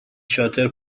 شاطر